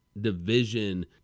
division